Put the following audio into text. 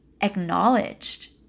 acknowledged